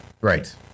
right